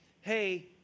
hey